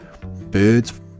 Birds